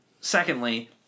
Secondly